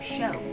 Show